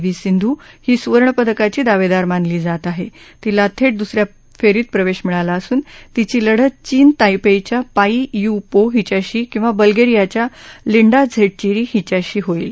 V Sindhu ही सुवर्णपदकाची दावद्वीर मानली जात आह तिला थंटीदुस या फस्तित प्रवधीमिळाला असून तीची लढत चीन तायपद्धिया पाई यु पो हिच्याशी किंवा बल्गस्प्रिाच्या लिंडा झर्टीविरी हिच्याशी होईल